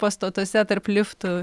pastotuose tarp liftų